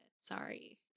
sorry